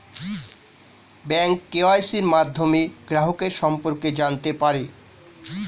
bank কেওয়াইসির মাধ্যমে গ্রাহকের সম্পর্কে জানতে পারে